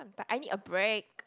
but I need a break